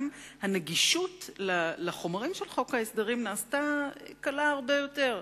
גם הנגישות לחומרים של חוק ההסדרים נעשתה קלה הרבה יותר.